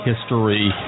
history